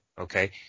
okay